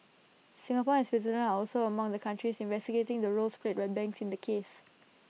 Singapore and Switzerland are also among the countries investigating the roles played by banks in the case